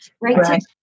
right